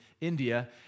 India